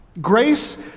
Grace